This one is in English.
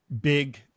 big